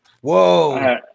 Whoa